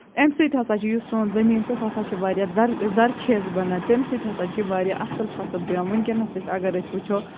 اَمہِ سۭتۍ ہسا چھُ یُس سون زٔمیٖن چھُ سُہ ہسا چھُ واریاہ در زَرخیز بَنان تٔمۍ سۭتۍ ہسا چھِ واریاہ اَصٕل فَصٕل پیوان وٕنکیٚنس اَگر أسۍ وٕچھو